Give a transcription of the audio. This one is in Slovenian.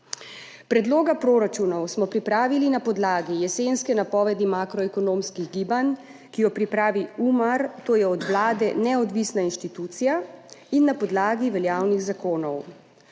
Predloga proračunov smo pripravili na podlagi jesenske napovedi makroekonomskih gibanj, ki jo pripravi Umar, to je od vlade neodvisna inštitucija, in na podlagi veljavnih zakonov.